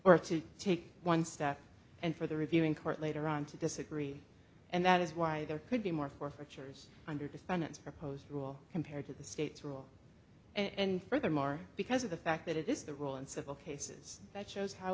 or to take one step and for the reviewing court later on to disagree and that is why there could be more forfeitures under defendants proposed rule compared to the state's rule and furthermore because of the fact that it is the rule and civil cases that shows how